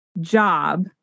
job